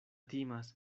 timas